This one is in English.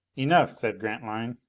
enough, said grantline.